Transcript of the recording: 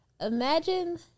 imagine